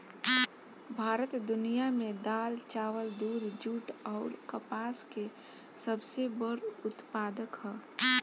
भारत दुनिया में दाल चावल दूध जूट आउर कपास के सबसे बड़ उत्पादक ह